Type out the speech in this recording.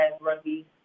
rugby